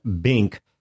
Bink